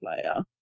player